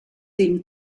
seem